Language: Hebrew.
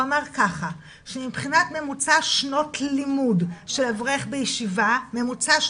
הוא אמר ככה שמבחינת ממוצע שנות לימוד של אברך בישיבה הוא